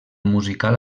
musical